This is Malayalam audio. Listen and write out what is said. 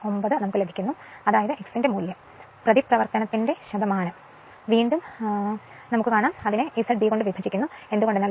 049 എന്ന് ലഭിക്കുന്നു പ്രതിപ്രവർത്തന X Zb കാരണം ഇത് is ആണ് ഇതും Ω 0